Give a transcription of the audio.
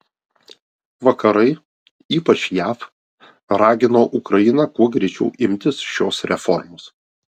vakarai ypač jav ragino ukrainą kuo greičiau imtis šios reformos